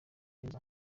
neza